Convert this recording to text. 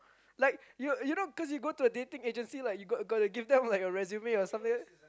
like you you know cause you go to a dating agency then you gotta give them like a resume or something like that